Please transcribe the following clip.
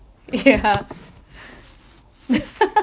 ya